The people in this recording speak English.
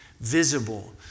visible